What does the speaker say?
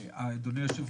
אדוני יושב הראש,